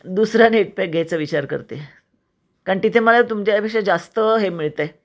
दुसरा नेटपॅक घ्यायचा विचार करते आहे कारण तिथे मला तुमच्या यापेक्षा जास्त हे मिळतं आहे